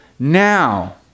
Now